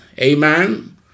Amen